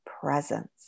presence